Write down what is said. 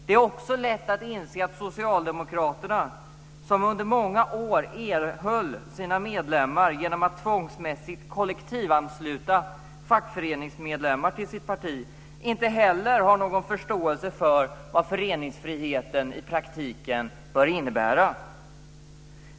Det är också lätt att inse att socialdemokraterna, som under många år erhöll sina medlemmar genom att tvångsmässigt kollektivansluta fackföreningsmedlemmar till sitt parti, inte heller har någon förståelse för vad föreningsfriheten i praktiken bör innebära.